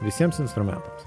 visiems instrumentams